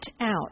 out